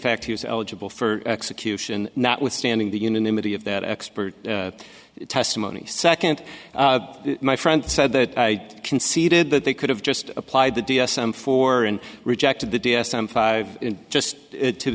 fact he was eligible for execution notwithstanding the unanimity of that expert testimony second my friend said that i conceded that they could have just applied the d s m four and rejected the d s m five just to